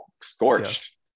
scorched